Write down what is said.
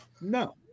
No